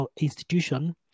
institution